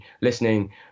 listening